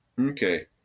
Okay